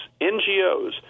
NGOs